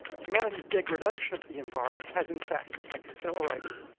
humanity's degradation of the environment has in fact accelerated.